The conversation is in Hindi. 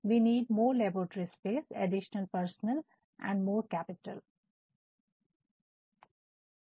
we need more laboratory space additional personnel and more capital " हमें और प्रयोगशाला के स्थान की आवश्यकता है और अतिरिक्त कर्मचारी की और अतिरिक्त पूंजी की"